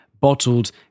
bottled